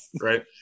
Right